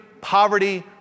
Poverty